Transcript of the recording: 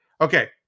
Okay